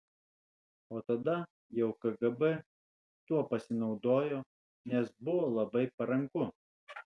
o tada jau kgb tuo pasinaudojo nes buvo labai paranku